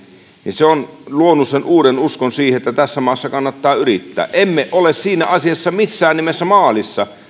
niin se on luonut sen uuden uskon siihen että tässä maassa kannattaa yrittää emme ole siinä asiassa missään nimessä maalissa